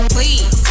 Please